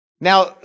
Now